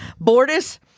Bordis